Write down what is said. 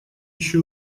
ещё